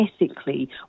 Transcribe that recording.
ethically